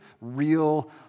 real